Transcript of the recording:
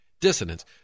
Dissonance